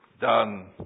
done